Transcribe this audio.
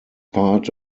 part